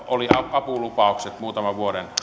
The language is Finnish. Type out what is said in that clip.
olivat apulupaukset muutaman vuoden